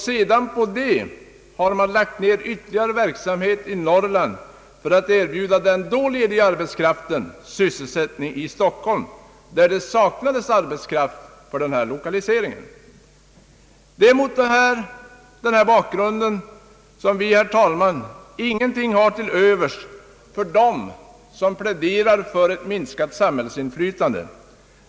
Sedan har man lagt ner ytterligare verksamhet i Norrland för att erbjuda den då lediga arbetskraften sysselsättning i Stockholm, där det saknades arbetskraft för denna lokalisering. Mot den bakgrunden har vi, herr talman, ingenting till övers för dem som pläderar för ett minskat samhällsinflytande.